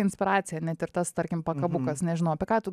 inspiracija net ir tas tarkim pakabukas nežinau apie ką tu